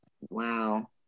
Wow